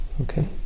Okay